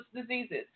diseases